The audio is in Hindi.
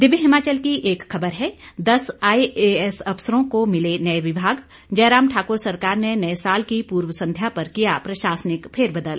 दिव्य हिमाचल की एक खबर है दस आईएएस अफसरों को मिले नए विभाग जयराम ठाकुर सरकार ने नए साल की पूर्व संध्या पर किया प्रशासनिक फेरबदल